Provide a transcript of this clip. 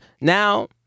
now